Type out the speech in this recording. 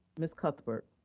ms. cuthbert.